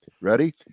Ready